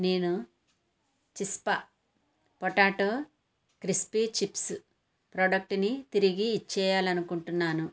నేను చిస్పా potato crispy chips ప్రొడక్టుని తిరిగి ఇచ్చేయాలనుకుంటున్నాను